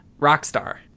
Rockstar